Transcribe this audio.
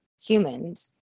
humans